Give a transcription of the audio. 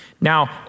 Now